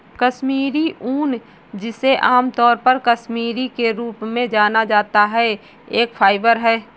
कश्मीरी ऊन, जिसे आमतौर पर कश्मीरी के रूप में जाना जाता है, एक फाइबर है